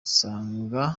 usanga